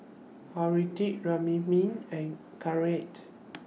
Hirudoid Remifemin and Caltrate